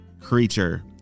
creature